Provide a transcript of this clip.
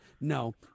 No